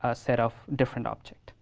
ah set of different object.